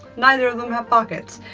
neither of them have pockets.